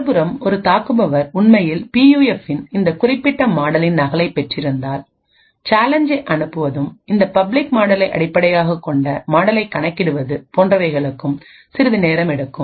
மறுபுறம் ஒரு தாக்குபவர் உண்மையில் பியூஎஃப்பின்இந்த குறிப்பிட்ட மாடலின் நகலைப் பெற்றிருந்தால் சேலஞ்சை அனுப்புவதும் இந்த பப்ளிக் மாடலை அடிப்படையாகக் கொண்ட மாடலைக் கணக்கிடுவது போன்றவைகளுக்கு சிறிது நேரம் எடுக்கும்